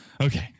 Okay